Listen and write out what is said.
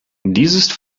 dieses